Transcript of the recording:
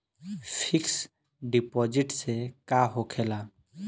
Fix deposit से का होखे ला?